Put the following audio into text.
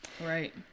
Right